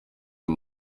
uyu